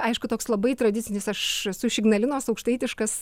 aišku toks labai tradicinis aš esu iš ignalinos aukštaitiškas